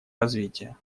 развития